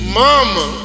mama